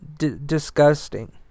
Disgusting